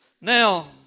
Now